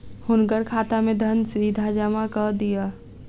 हुनकर खाता में धन सीधा जमा कअ दिअ